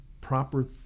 proper